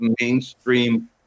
mainstream